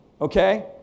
okay